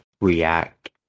react